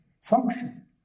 function